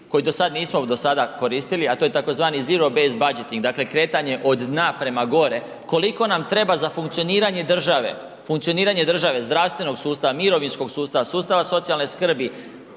koji do sada nismo do sada koristili, a to je tzv. zero base budgeting dakle, kretanje od dna prema gore, koliko nam treba za funkcioniranje države, funkcioniranje države, zdravstvenog sustava, mirovinskog sustava, sustava socijalne skrbi,